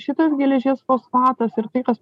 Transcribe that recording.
šitas geležies fosfatas ir tai kas